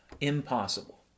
Impossible